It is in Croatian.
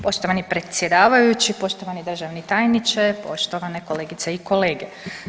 Poštovani predsjedavajući, poštovani državni tajniče, poštovane kolegice i kolege.